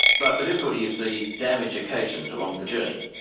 but the difficulty is the damage occasioned along the journey,